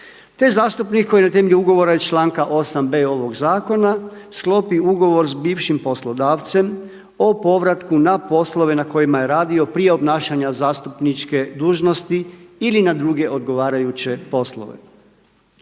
te zastupnik koji na temelju ugovora iz članka 8.b ovog zakona sklopi ugovor s bivšim poslodavcem o povratku na poslove na kojima je radio prije obnašanja zastupničke dužnosti ili na druge odgovarajuće poslove.